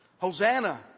Hosanna